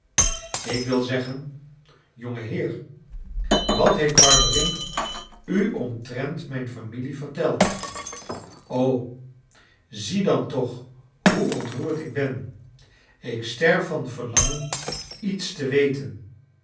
ik wil zeggen jongenheer wat heeft barberin u omtrent mijn familie verteld o zie dan toch hoe ontroerd ik ben ik sterf van verlangen iets te weten